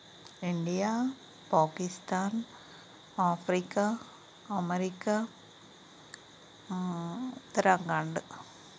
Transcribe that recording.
India Pakistan Africa America Uttarakhand